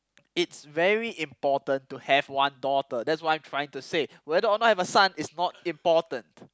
it's very important to have one daughter that's what I'm trying to say whether or not I have a son is not important